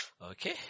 Okay